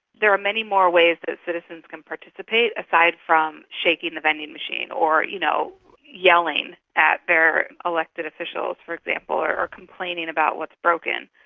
there are many more ways that citizens can participate aside from shaking the vending machine or you know yelling at their elected officials, for example, or or complaining about what's broken.